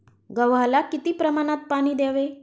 गव्हाला किती प्रमाणात पाणी द्यावे?